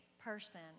person